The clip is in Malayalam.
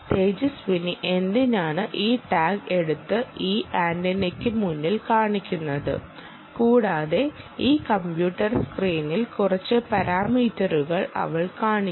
തേജസ്വിനി എന്തിനാണ് ഈ ടാഗ് എടുത്ത് ഈ ആന്റിനയ്ക്ക് മുന്നിൽ കാണിക്കുന്നത് കൂടാതെ ഈ കമ്പ്യൂട്ടർ സ്ക്രീനിൽ കുറച്ച് പാരാമീറ്ററുകൾ അവൾ കാണിക്കും